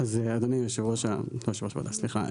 אז אדוני יושב הראש, סליחה.